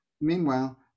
meanwhile